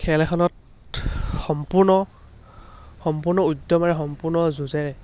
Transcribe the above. খেল এখনত সম্পূৰ্ণ সম্পূৰ্ণ উদ্যমেৰে সম্পূৰ্ণ যুঁজেৰে